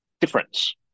difference